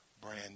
brand